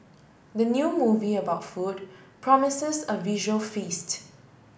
the new movie about food promises a visual feast